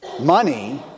Money